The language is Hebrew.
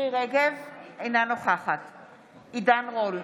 עידן רול,